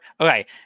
okay